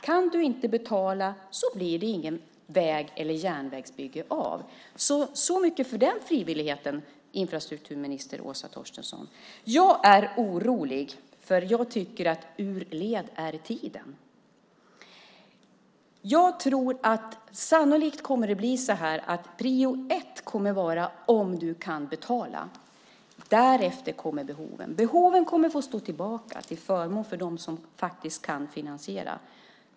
Kan du inte betala blir det ingen väg och inget järnvägsbygge. Så mycket för den frivilligheten, infrastrukturminister Åsa Torstensson! Jag är orolig, för jag tycker att ur led är tiden. Jag tror att det sannolikt kommer att bli så att prioritet ett kommer att vara om du kan betala. Därefter kommer behoven. Behoven kommer att få stå tillbaka till förmån för dem som faktiskt kan finansiera.